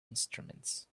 instruments